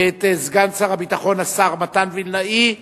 סגן שר הביטחון, השר מתן וילנאי,